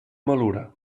malura